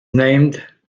named